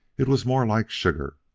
it was more like sugar.